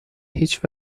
هیچ